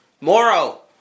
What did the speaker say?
Moro